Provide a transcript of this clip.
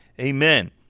Amen